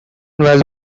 was